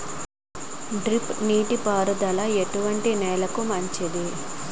Drip నీటి పారుదల ఎటువంటి నెలలకు మంచిది?